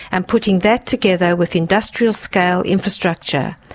and putting that together with industrial-scale infrastructure.